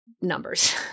numbers